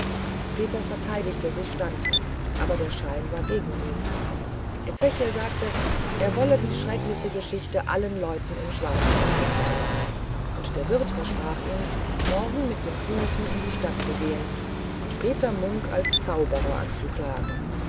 peter verteidigte sich standhaft aber der schein war gegen ihn ezechiel sagte er wolle die schreckliche geschichte allen leuten im schwarzwald erzählen und der wirt versprach ihm morgen mit dem frühesten in die stadt zu gehen und peter munk als zauberer anzuklagen